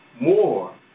more